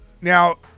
now